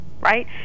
right